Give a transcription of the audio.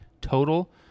total